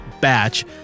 batch